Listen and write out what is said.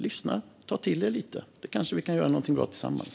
Lyssna och ta till er! Då kanske vi kan göra något bra tillsammans.